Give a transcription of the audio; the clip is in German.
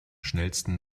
schnellsten